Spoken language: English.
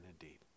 indeed